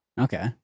Okay